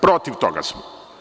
Protiv toga smo.